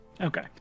Okay